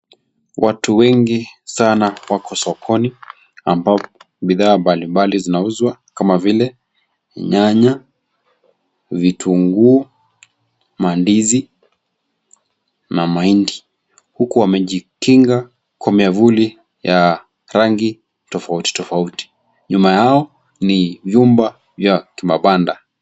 Watu wengi sana wako sokoni ambapo bidhaa mbalimbali zinauzwa kama vile nyanya, vitunguu, mandizi na mahindi huku wamejikinga kwa miafuli ya rangi tofauti tofauti. Nyuma yao ni vyumba vya tumapanda.